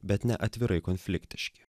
bet ne atvirai konfliktiški